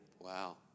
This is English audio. Wow